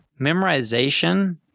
Memorization